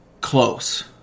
close